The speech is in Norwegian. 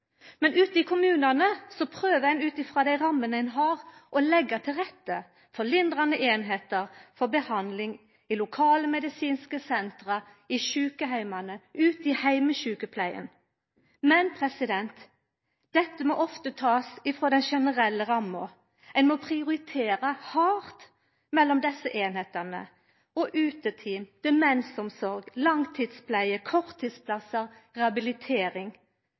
Ute i kommunane prøver ein, ut frå dei rammene ein har, å leggja til rette for lindrande einingar, for behandling i lokalmedisinske senter, i sjukeheimane, ute i heimesjukepleia. Men dette må ofte takast frå den generelle ramma. Ein må prioritera hardt mellom desse einingane og uteteam, demensomsorg, langtidspleie, korttidsplassar, rehabilitering.